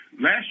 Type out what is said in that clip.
Last